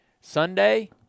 Sunday